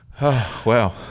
Wow